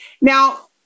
Now